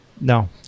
No